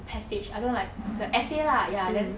passage I don't like the essay lah ya then